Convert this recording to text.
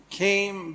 came